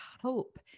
hope